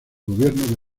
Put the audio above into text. gobierno